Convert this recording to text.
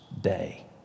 day